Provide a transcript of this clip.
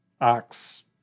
Ox